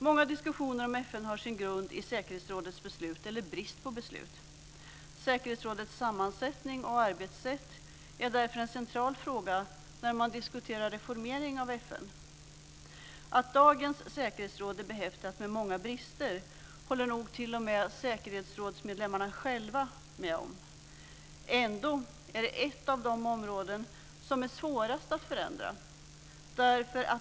Många diskussioner om FN har sin grund i säkerhetsrådets beslut eller brist på beslut. Säkerhetsrådets sammansättning och arbetssätt är därför en central fråga när man diskuterar reformering av FN. Att dagens säkerhetsråd är behäftat med många brister håller nog t.o.m. säkerhetsrådsmedlemmarna själva med om. Det är ändå ett av de områden som är svårast att förändra.